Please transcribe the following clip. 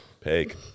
peg